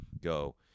go